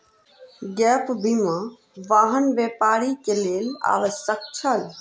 gap बीमा, वाहन व्यापारी के लेल आवश्यक छल